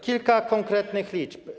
Kilka konkretnych liczb.